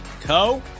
Co